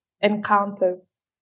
encounters